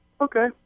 okay